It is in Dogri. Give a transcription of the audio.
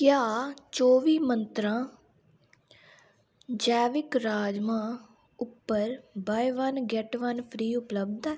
क्या चौबी मंत्रा जैविक राजमां उप्पर 'buy one get one free उपलब्ध ऐ